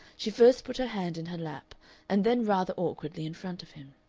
she first put her hand in her lap and then rather awkwardly in front of him.